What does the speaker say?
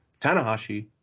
Tanahashi